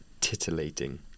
titillating